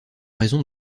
raison